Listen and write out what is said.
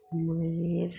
मागीर